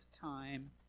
time